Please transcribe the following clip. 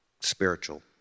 spiritual